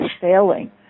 failing